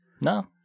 No